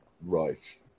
right